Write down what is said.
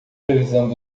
previsão